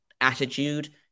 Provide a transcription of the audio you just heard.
attitude